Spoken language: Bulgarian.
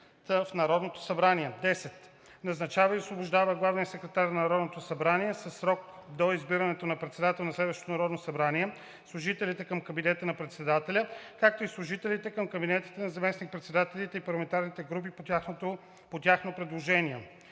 в Народното събрание; 10. назначава и освобождава главния секретар на Народното събрание със срок до избирането на председател на следващото Народно събрание, служителите към кабинета на председателя, както и служителите към кабинетите на заместник-председателите и парламентарните групи по тяхно предложение;